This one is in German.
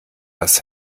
das